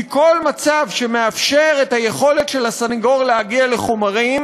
כי כל מצב שמצמצם את היכולת של הסנגור להגיע לחומרים